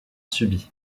subit